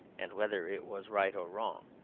and whether it was right or wrong.